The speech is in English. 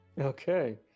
Okay